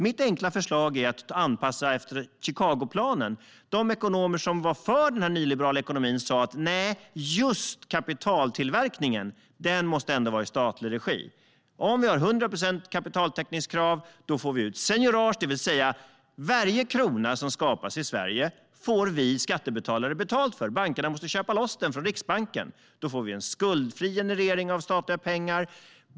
Mitt enkla förslag är att man ska anpassa det hela efter Chicagoplanen. De ekonomer som var för den nyliberala ekonomin sa: Nej, just kapitaltillverkningen måste ändå vara i statlig regi. Om man har hundra procents kapitaltäckningskrav får man ut seignorage, det vill säga varje krona som skapas i Sverige får vi skattebetalare betalt för. Bankerna måste köpa loss den från Riksbanken. Då får vi en skuldfri generering av statliga pengar.